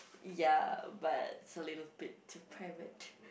ya but it's a little bit too private